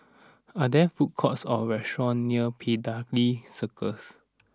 are there food courts or restaurants near Piccadilly Circus